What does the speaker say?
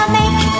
make